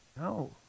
No